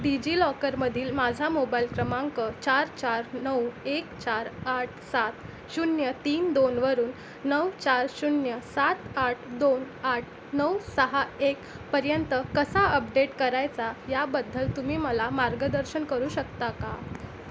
डिजिलॉकरमधील माझा मोबाईल क्रमांक चार चार नऊ एक चार आठ सात शून्य तीन दोनवरून नऊ चार शून्य सात आठ दोन आठ नऊ सहा एक पर्यंत कसा अपडेट करायचा याबद्दल तुम्ही मला मार्गदर्शन करू शकता का